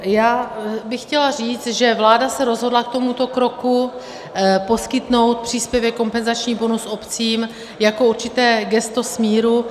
Já bych chtěla říct, že vláda se rozhodla k tomuto kroku poskytnout příspěvek, kompenzační bonus obcím jako k určitému gestu smíru.